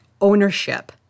ownership